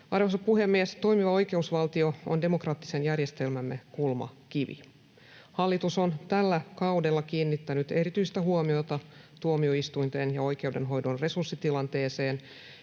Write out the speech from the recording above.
Arvoisa puhemies! Toimiva oikeusvaltio on demokraattisen järjestelmämme kulmakivi. Hallitus on tällä kaudella kiinnittänyt erityistä huomiota tuomioistuinten ja oikeudenhoidon resurssitilanteeseen.